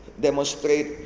demonstrate